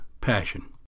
Passion